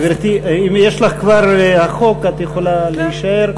גברתי, אם יש לך כבר החוק את יכולה להישאר.